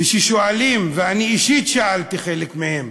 וכשואלים, ואני אישית שאלתי חלק מהם: